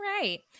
right